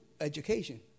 education